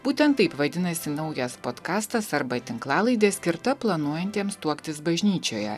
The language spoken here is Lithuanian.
būtent taip vadinasi naujas podkastas arba tinklalaidė skirta planuojantiems tuoktis bažnyčioje